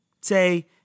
Say